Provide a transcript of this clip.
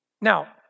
Now